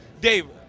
Dave